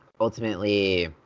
ultimately